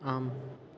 आम्